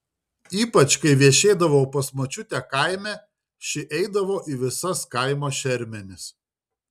ypač kai viešėdavau pas močiutę kaime ši eidavo į visas kaimo šermenis